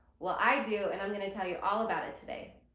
well i do, and i'm going to tell you all about it today.